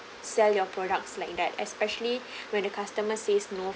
sell your products like that especially when the customer says no